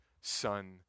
son